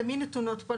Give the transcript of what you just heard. למי נתונות פה,